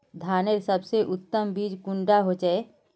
धानेर सबसे उत्तम बीज कुंडा होचए?